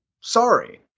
Sorry